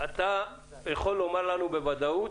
אתה יכול לומר לנו בוודאות